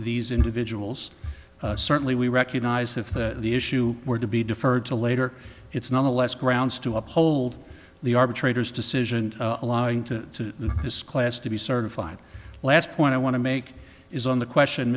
these individuals certainly we recognize if the issue were to be deferred to later it's not a less grounds to uphold the arbitrator's decision allowing to this class to be certified last point i want to make is on the question